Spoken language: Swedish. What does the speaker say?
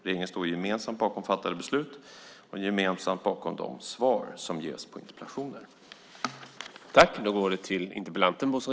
Regeringen står gemensamt bakom fattade beslut och gemensamt bakom de svar som ges på interpellationer.